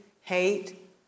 hate